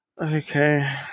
okay